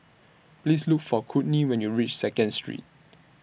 Please Look For Kourtney when YOU REACH Second Street